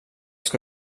ska